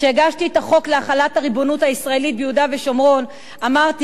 כשהגשתי את החוק להחלת הריבונות הישראלית ביהודה ושומרון אמרתי